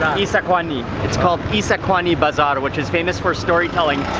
um qissa khawani. it's called qissa khawani bazaar, which is famous for storytelling.